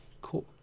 Cool